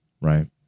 Right